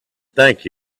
thank